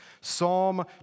Psalm